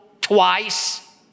twice